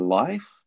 life